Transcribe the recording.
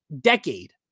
decade